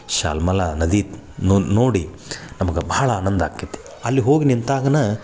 ಶಾಲ್ಮಲಾ ನದಿ ನೋಡಿ ನಮ್ಗೆ ಭಾಳ ಆನಂದ ಆಕೇತಿ ಅಲ್ಲಿ ಹೋಗಿ ನಿಂತಾಗನೇ